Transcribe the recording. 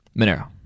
Monero